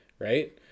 Right